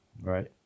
Right